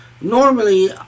Normally